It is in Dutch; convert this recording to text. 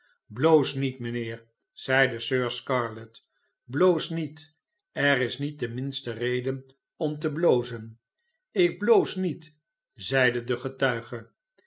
bloos niet mijnheer zeide sir scarlett bloos niet er is niet de minste reden om te blozen ik bloos niet zeide de